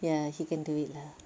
ya he can do it lah